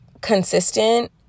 consistent